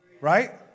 Right